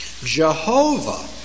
Jehovah